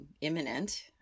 imminent